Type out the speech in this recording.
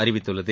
அறிவித்துள்ளது